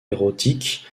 érotiques